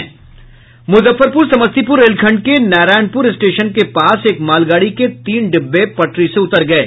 मुजफ्फरपुर समस्तीपुर रेलखंड के नारायणपुर स्टेशन के पास एक मालगाड़ी के तीन डिब्बे पटरी से उतर गये